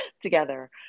together